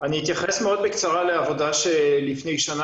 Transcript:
אני אתייחס מאוד בקצרה לעבודה שלפני שנה